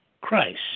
Christ